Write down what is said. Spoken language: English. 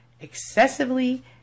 excessively